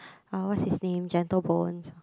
oh what is his name Gentle-Bones